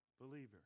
believer